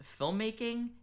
filmmaking